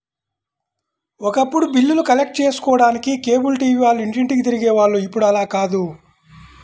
ఒకప్పుడు బిల్లులు కలెక్ట్ చేసుకోడానికి కేబుల్ టీవీ వాళ్ళు ఇంటింటికీ తిరిగే వాళ్ళు ఇప్పుడు అలా కాదు